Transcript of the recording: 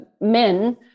men